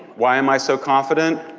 why am i so confident?